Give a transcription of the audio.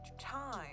time